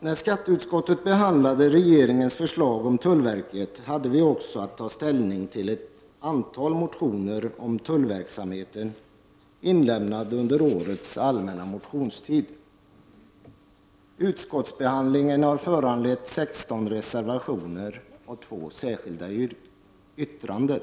När skatteutskottet behandlade regeringens förslag om tullverket hade vi också att ta ställning till ett antal motioner om tullverksamheten inlämnade under årets allmänna motionstid. Utskottsbehandlingen har föranlett 16 reservationer och 2 särskilda yrkanden.